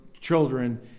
children